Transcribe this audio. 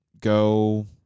Go